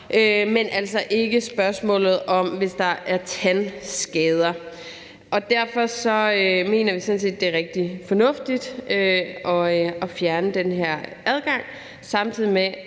men altså ikke spørgsmålet om tandskader. Derfor mener vi sådan set, det er rigtig fornuftigt at fjerne den her adgang, samtidig med